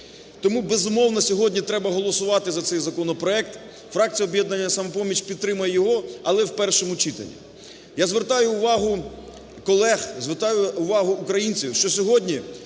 Тому, безумовно, сьогодні треба голосувати за цей законопроект. Фракція "Об'єднання "Самопоміч" підтримає його, але в першому читанні. Я звертаю увагу колег, звертаю увагу українців, що сьогодні